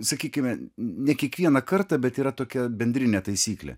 sakykime ne kiekvieną kartą bet yra tokia bendrinė taisyklė